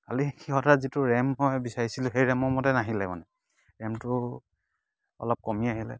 খালি সিঁহতে যিটো ৰেম মই বিচাৰিছিলোঁ সেই ৰেমৰ মতে নাহিলে মানে ৰেমটো অলপ কমি আহিলে